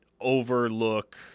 overlook